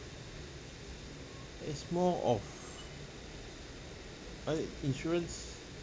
it's more of what's it insurance